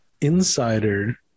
insider